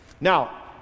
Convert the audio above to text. Now